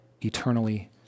eternally